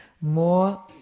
more